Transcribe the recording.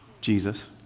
Jesus